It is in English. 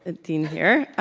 dean here.